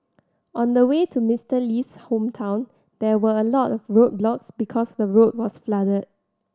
on the way to Mister Lee's hometown there were a lot of roadblocks because the road was flooded